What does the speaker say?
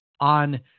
on